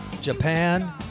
Japan